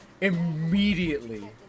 immediately